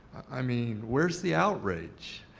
i mean, where's the outrage?